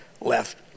left